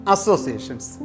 Associations